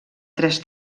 tres